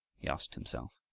he asked himself.